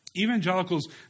Evangelicals